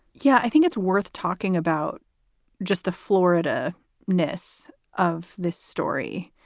yeah, i think it's worth talking about just the florida ness of this story.